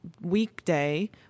weekday